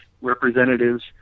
representatives